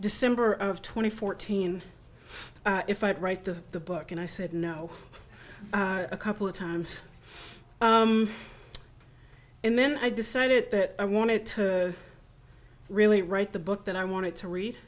december of twenty fourteen if i could write the book and i said no a couple of times and then i decided that i wanted to really write the book that i wanted to read